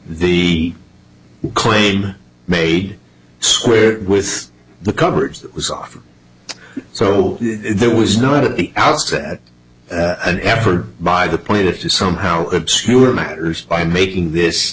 the claim made square with the coverage that was offered so there was not at the outset an effort by the plaintiff to somehow obscure matters by making this